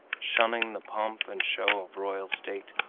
shunning the pomp and show of royal state,